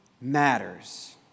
matters